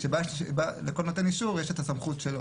--- שבה לכל נותן אישור יש את הסמכות שלו.